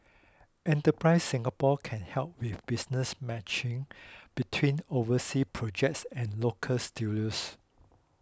enterprise Singapore can help with business matching between overseas projects and local studios